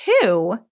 two